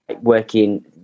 working